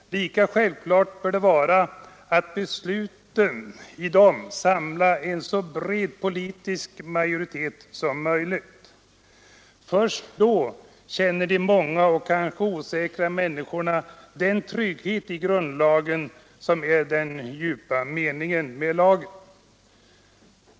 Lika självklart bör det vara att i besluten samla en så bred politisk majoritet som möjligt. Först då känner de många och kanske osäkra människorna den trygghet i grundlagen som är den djupa meningen med lagen.